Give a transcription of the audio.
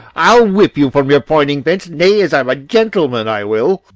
i'll whip you from your foining fence nay, as i am a gentleman, i will.